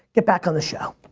get back on the show.